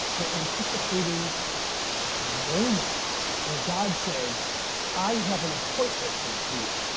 we're anticipating a moment where god says i have an appointment with you.